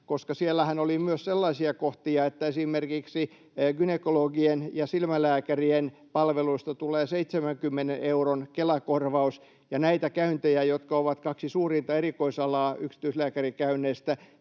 Siellähän oli myös sellaisia kohtia, että esimerkiksi gynekologien ja silmälääkärien palveluista tulee 70 euron Kela-korvaus, ja näitä käyntejä, jotka ovat kaksi suurinta erikoisalaa yksityislääkärikäynneistä,